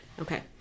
Okay